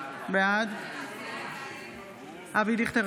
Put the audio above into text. בעד אבי דיכטר,